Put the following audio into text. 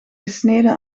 gesneden